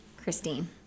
Christine